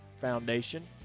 foundation